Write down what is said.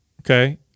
okay